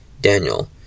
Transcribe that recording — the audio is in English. Daniel